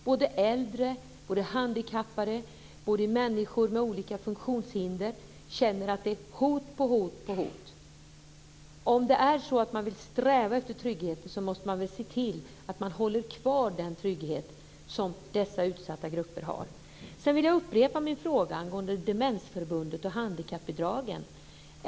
Både äldre, handikappade och människor med olika funktionshinder känner att det kommer hot på hot. Om man vill sträva efter trygghet måste man väl se till att behålla den trygghet som dessa utsatta grupper har. Sedan vill jag upprepa min fråga angående Demensförbundet och handikappbidragen.